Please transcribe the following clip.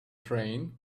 train